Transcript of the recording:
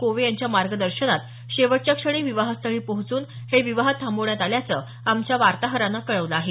कोवे यांच्या मार्गदर्शनात शेवटच्या क्षणी विवाहस्थळी पोहोचून हे विवाह थांबवण्यात आल्याचं आमच्या वार्ताहरानं कळवलं आहे